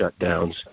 shutdowns